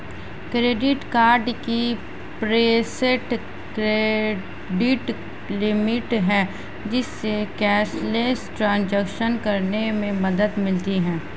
credit card की preset credit limit है, जिससे कैशलेस ट्रांज़ैक्शन करने में मदद मिलती है